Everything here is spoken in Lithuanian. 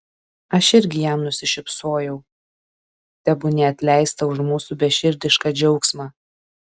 aš irgi jam nusišypsojau tebūnie atleista už mūsų beširdišką džiaugsmą